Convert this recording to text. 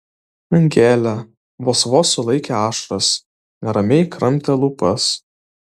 angelė vos vos sulaikė ašaras neramiai kramtė lūpas